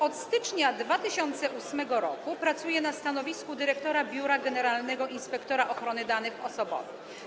Od stycznia 2008 r. pracuje na stanowisku dyrektora Biura Generalnego Inspektora Ochrony Danych Osobowych.